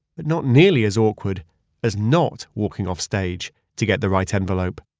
but not nearly as awkward as not walking off stage to get the right envelope.